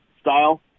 style